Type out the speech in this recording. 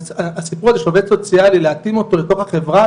הסיפור הזה של עובד סוציאלי להתאים אותו לתוך החברה,